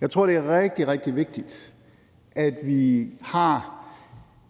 Jeg tror, det er rigtig, rigtig vigtigt, at vi har